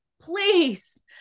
please